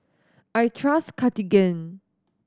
I trust Cartigain